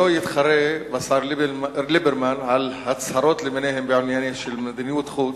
שלא יתחרה בשר ליברמן על הצהרות למיניהן ועל עניינים של מדיניות חוץ,